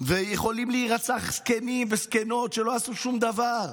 ויכולים להירצח זקנים וזקנות שלא עשו שום דבר.